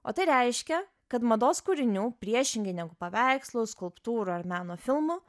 o tai reiškia kad mados kūrinių priešingai negu paveikslų skulptūrų ar meno filmų